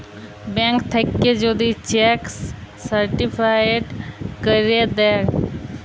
bank থ্যাইকে যদি cheque certified ক্যইরে দ্যায়